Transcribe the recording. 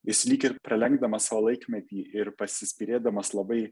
jis lyg ir pralenkdamas savo laikmetį ir pasispyrėdamas labai